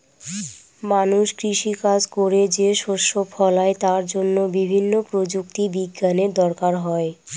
মানুষ কৃষি কাজ করে যে শস্য ফলায় তার জন্য বিভিন্ন প্রযুক্তি বিজ্ঞানের দরকার হয়